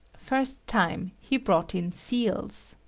first time he brought in seals.